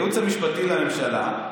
הייעוץ המשפטי לממשלה,